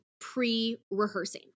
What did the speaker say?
pre-rehearsing